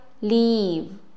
leave